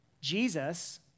Jesus